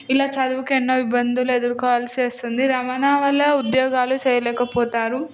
ఇలా చదువుల కోసం ఎన్నో ఇబ్బందులు ఎదుర్కోవాల్సి వస్తుంది రవాణా వల్ల ఉద్యోగాలు చేయలేక పోతారు